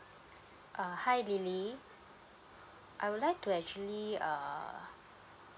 uh hi lily I would like to actually uh